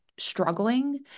struggling